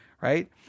right